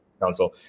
council